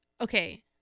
okay